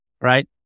Right